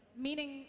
meaning